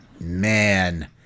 Man